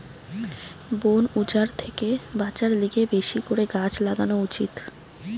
বন উজাড় থেকে বাঁচার লিগে বেশি করে গাছ লাগান উচিত